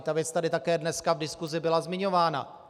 Ta věc tady také dneska v diskusi byla zmiňována.